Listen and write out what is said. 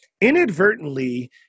inadvertently